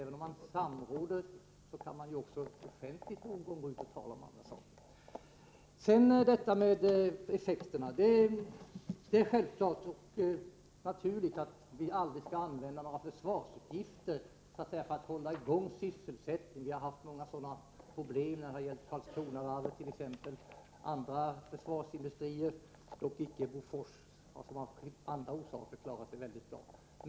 Även om statsråden samråder skulle de offentligt kunna diskutera andra områden än de egna. När det gäller effekterna av försvarsutgifterna är det självklart att vi aldrig skall använda försvarsutgifter för att hålla i gång sysselsättningen. Vi har haft många sådana problem, t.ex. på Karlskronavarvet men också inom andra försvarsindustrier — dock icke Bofors, som av olika orsaker har klarat sig mycket bra.